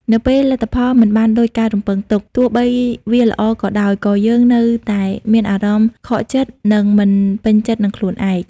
នៅពេលលទ្ធផលមិនបានដូចការរំពឹងទុក ទោះបីវាល្អក៏ដោយ ក៏យើងនៅតែមានអារម្មណ៍ខកចិត្ត និងមិនពេញចិត្តនឹងខ្លួនឯង។